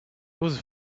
was